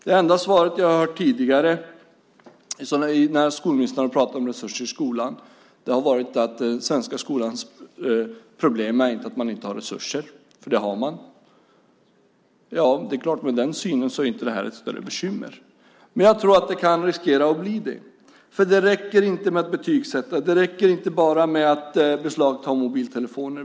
Det enda svar jag har hört tidigare, när skolministern har pratat om resurser i skolan, har varit att den svenska skolans problem inte är att den inte har resurser, för det har den. Med den synen är detta inget större bekymmer. Men jag tror att det kan riskera att bli det. Det räcker inte att betygssätta och att beslagta mobiltelefoner.